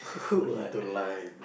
mojito lime